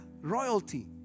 royalty